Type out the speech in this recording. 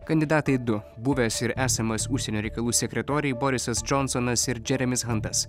kandidatai du buvęs ir esamas užsienio reikalų sekretoriai borisas džonsonas ir džeremis hantas